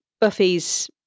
buffy's